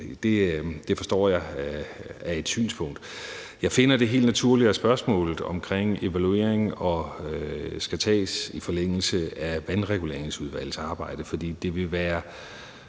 Det forstår jeg er et synspunkt. Jeg finder det helt naturligt, at spørgsmålet om evaluering skal tages i forlængelse af vandreguleringsudvalgets arbejde, for det vil uden